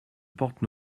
porte